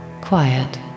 quiet